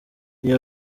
iyi